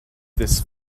this